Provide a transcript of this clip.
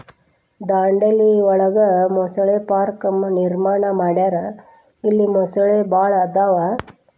ದಾಂಡೇಲಿ ಒಳಗ ಮೊಸಳೆ ಪಾರ್ಕ ನಿರ್ಮಾಣ ಮಾಡ್ಯಾರ ಇಲ್ಲಿ ಮೊಸಳಿ ಭಾಳ ಅದಾವ